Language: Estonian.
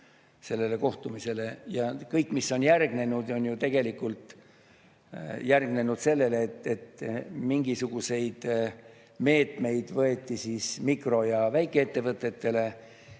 sellele kohtumisele. Ja kõik, mis on järgnenud, on ju tegelikult järgnenud sellele, et mingisugused meetmed võeti mikro‑ ja väikeettevõtetele,